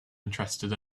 interested